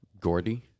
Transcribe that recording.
Gordy